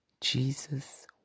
Jesus